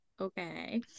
Okay